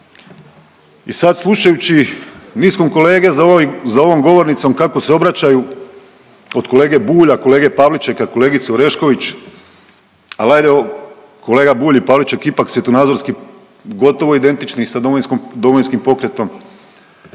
I sad slušajući niskom kolege za ovom govornicom kako se obraćaju od kolege Bulja, kolege Pavličeka, kolegice Orešković, ali ajde kolega Bulj i Pavliček ipak svjetonazorski gotovo identični sa Domovinskim pokretom,